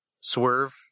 Swerve